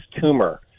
tumor